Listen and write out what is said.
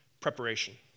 Preparation